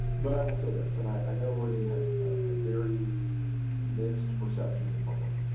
but i will say this and i know rudy has a very mixed perception in the public.